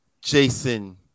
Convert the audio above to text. Jason